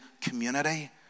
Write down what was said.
community